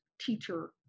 teacher